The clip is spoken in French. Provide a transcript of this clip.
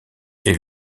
est